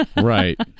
Right